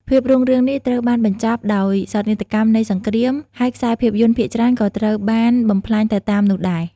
ភាពរុងរឿងនេះត្រូវបានបញ្ចប់ដោយសោកនាដកម្មនៃសង្គ្រាម ហើយខ្សែភាពយន្តភាគច្រើនក៏ត្រូវបានបំផ្លាញទៅតាមនោះដែរ។